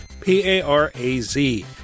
p-a-r-a-z